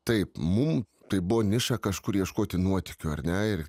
taip mum tai buvo niša kažkur ieškoti nuotykių ar ne ir